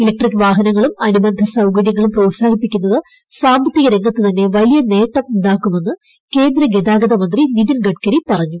electric വാഹനങ്ങളും അനുബന്ധ സൌകര്യങ്ങളും പ്രോത്സാഹിപ്പിക്കുന്നത് സാമ്പത്തിക രംഗത്ത് തന്നെ വലിയ നേട്ടം ഉ ാക്കുമെന്ന് കേന്ദ്ര ഗതാഗതമന്ത്രി ഫ്രിതിൻ ഗഡ്കരി പറഞ്ഞു